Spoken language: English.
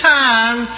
time